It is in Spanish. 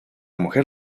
mujer